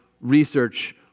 research